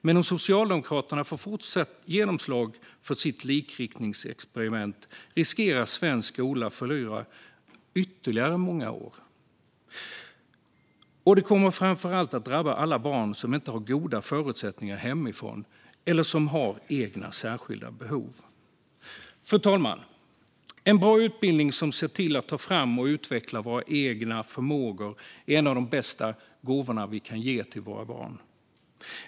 Men om Socialdemokraterna får fortsatt genomslag för sitt likriktningsexperiment riskerar svensk skola att förlora ytterligare många år. Det kommer framför allt att drabba alla barn som inte har goda förutsättningar hemifrån eller som har egna särskilda behov. Fru talman! En bra utbildning som ser till att ta fram och utveckla våra egna förmågor är en av de bästa gåvorna vi kan ge till våra barn.